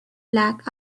lack